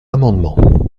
amendement